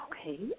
Okay